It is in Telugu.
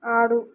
ఆడు